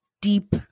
deep